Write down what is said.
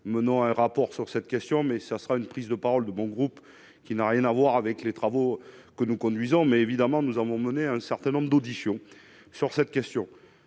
menons un rapport sur cette question, mais ça sera une prise de parole de mon groupe qui n'a rien à voir avec les travaux que nous conduisons, mais évidemment, nous avons mené un certain nombre d'auditions sur cette question,